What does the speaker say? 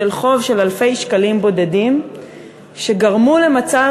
של חוב של אלפי שקלים בודדים שגרם למצב